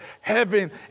heaven